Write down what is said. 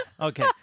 Okay